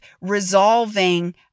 resolving